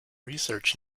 research